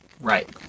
Right